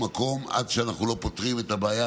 מקום עד שאנחנו לא פותרים את הבעיה.